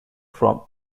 for